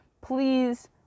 Please